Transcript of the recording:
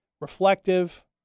reflective